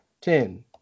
Ten